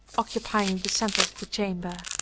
occupying the centre of the chamber.